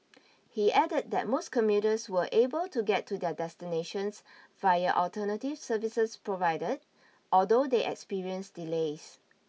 he added that most commuters were able to get to their destinations via alternative services provided although they experienced delays